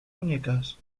muñecas